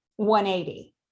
180